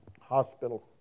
hospital